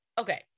okay